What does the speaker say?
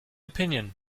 opinion